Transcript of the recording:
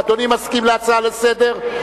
אדוני מסכים להצעה לסדר-היום?